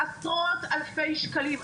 עשרות אלפי שקלים,